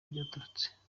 ryaturutse